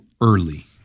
early